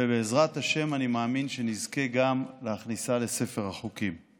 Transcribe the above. ובעזרת השם אני מאמין שנזכה גם להכניסה לספר החוקים.